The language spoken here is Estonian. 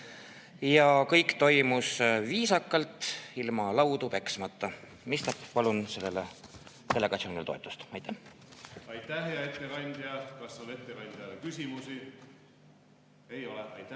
ja kõik toimus viisakalt, ilma laudu peksmata, mistap palun sellele delegatsioonile toetust! Aitäh! Aitäh, hea ettekandja! Kas on ettekandjale küsimusi? Ei ole. Kas